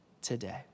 today